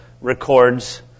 records